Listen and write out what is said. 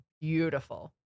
beautiful